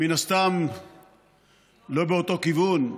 מן הסתם לא באותו כיוון.